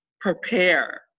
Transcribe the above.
prepare